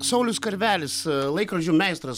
saulius karvelis laikrodžių meistras